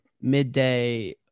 midday